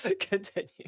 Continue